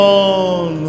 on